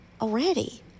already